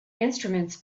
instruments